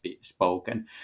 spoken